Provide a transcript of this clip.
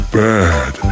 bad